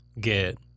get